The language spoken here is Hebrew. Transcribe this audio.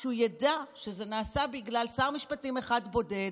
שידע שזה נעשה בגלל שר משפטים אחד בודד,